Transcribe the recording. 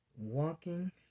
walking